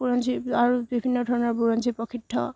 বুৰঞ্জী আৰু বিভিন্ন ধৰণৰ বুৰঞ্জীপ্ৰসিদ্ধ